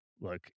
Look